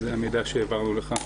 זה המידע שהעברנו לך.